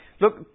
Look